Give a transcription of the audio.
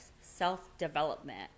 self-development